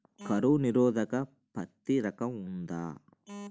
కరువు నిరోధక పత్తి రకం ఉందా?